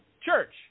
church